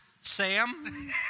Sam